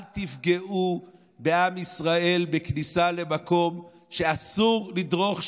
אל תפגעו בעם ישראל בכניסה למקום שאסור לדרוך שם.